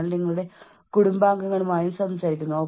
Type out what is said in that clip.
നിങ്ങൾ നിങ്ങളുടെ ജോലി ഇഷ്ടപ്പെടുന്നു